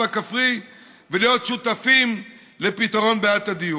הכפרי ולהיות שותפים לפתרון בעיית הדיור.